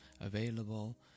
available